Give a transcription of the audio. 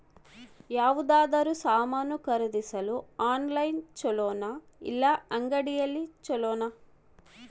ಯಾವುದಾದರೂ ಸಾಮಾನು ಖರೇದಿಸಲು ಆನ್ಲೈನ್ ಛೊಲೊನಾ ಇಲ್ಲ ಅಂಗಡಿಯಲ್ಲಿ ಛೊಲೊನಾ?